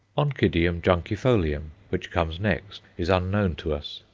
oncidium juncifolium, which comes next, is unknown to us,